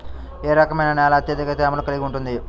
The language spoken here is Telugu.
ఏ రకమైన నేల అత్యధిక తేమను కలిగి ఉంటుంది?